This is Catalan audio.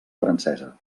francesa